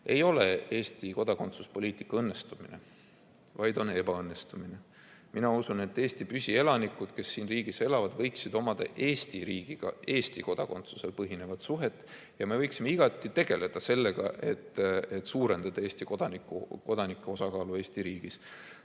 ei ole Eesti kodakondsuspoliitika õnnestumine, vaid ebaõnnestumine. Mina usun, et Eesti püsielanikud, kes siin riigis elavad, võiksid omada Eesti riigiga Eesti kodakondsusel põhinevat suhet ja me võiksime igati tegeleda sellega, et suurendada Eesti kodanike osakaalu Eesti riigis.